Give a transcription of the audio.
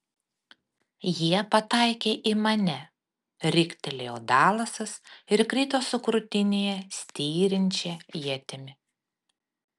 jie pataikė į mane riktelėjo dalasas ir krito su krūtinėje styrinčia ietimi